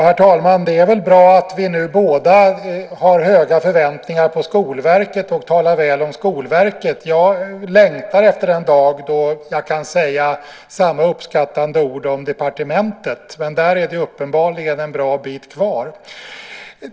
Herr talman! Det är väl bra att vi nu båda har höga förväntningar på Skolverket och talar väl om Skolverket. Jag längtar efter den dag då jag kan säga samma uppskattande ord om departementet men där är det uppenbarligen en bra bit kvar.